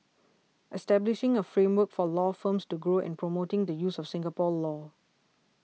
establishing a framework for law firms to grow and promoting the use of Singapore law